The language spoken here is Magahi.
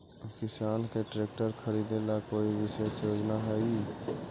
किसान के ट्रैक्टर खरीदे ला कोई विशेष योजना हई?